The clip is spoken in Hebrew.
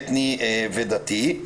אתני ודתי.